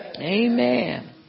Amen